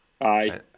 Aye